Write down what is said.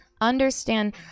understand